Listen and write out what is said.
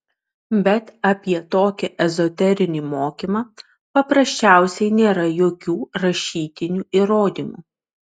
bet apie tokį ezoterinį mokymą paprasčiausiai nėra jokių rašytinių įrodymų